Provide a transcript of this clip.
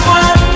one